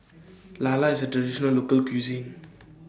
Lala IS A Traditional Local Cuisine